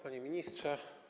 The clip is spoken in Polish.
Panie Ministrze!